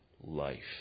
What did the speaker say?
life